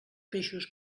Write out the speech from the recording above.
peixos